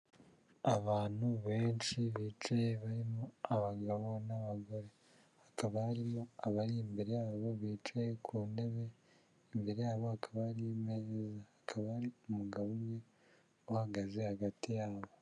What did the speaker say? Abantu benshi bicaye barimo abagabo n'abagore, hakaba harimo abari imbere yabo bicaye ku ntebe, imbere yabo hakaba hari imeza; imbere yabo hakaba hari umugabo umwe uhagaze hagati yabo.